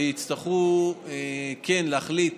ויצטרכו להחליט